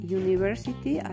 university